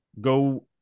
go